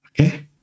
Okay